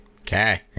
Okay